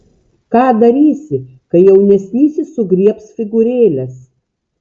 ką darysi kai jaunesnysis sugriebs figūrėles